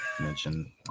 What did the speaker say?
mention